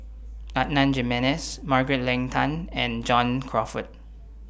Adan Jimenez Margaret Leng Tan and John Crawfurd